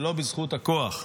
ולא בזכות הכוח.